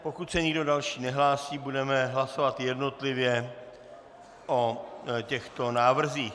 Pokud se nikdo další nehlásí, budeme hlasovat jednotlivě o těchto návrzích.